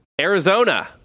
Arizona